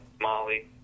Molly